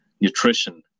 nutrition